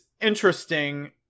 interesting